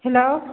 hello